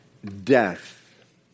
death